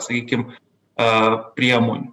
sakykim a priemonių